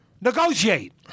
negotiate